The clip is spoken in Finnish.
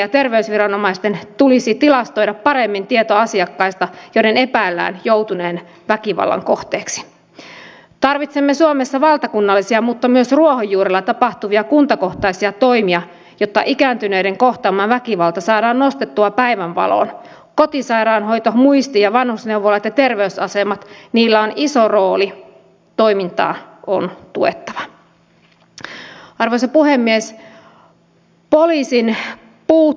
ja edustaja kun tulee sieltä eksoten maailmasta jossa on jo tehty maakunnan tasolla tätä yhteistyötä niin hän tietää sen että se on äärimmäisen tärkeätä vaikka terveyspuolella että jos kunnalla on hyvinvoinnin ja terveyden edistämisen tehtävä niin säilyy se yhteys myös sinne sosiaalipuolelle